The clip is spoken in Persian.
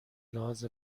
لحاظ